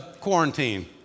quarantine